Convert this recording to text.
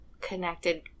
connected